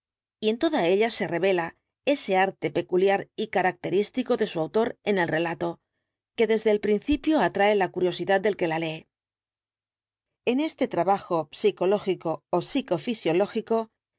y en toda ella se revela ese arte peculiar y característico de su autor en el relato que desde el principio atrae la curiosidad del que la lee en este trabajo psicológico ó psico fisiológico